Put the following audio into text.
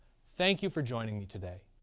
thank you for joining me today.